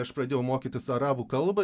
aš pradėjau mokytis arabų kalbą